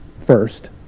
first